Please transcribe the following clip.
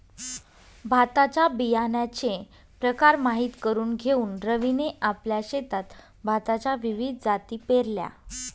भाताच्या बियाण्याचे प्रकार माहित करून घेऊन रवीने आपल्या शेतात भाताच्या विविध जाती पेरल्या